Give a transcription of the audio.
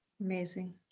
Amazing